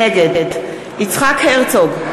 נגד יצחק הרצוג,